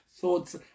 Thoughts